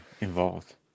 involved